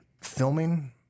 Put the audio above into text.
filming